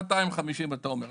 250 אתה אומר.